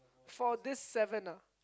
for these seven ah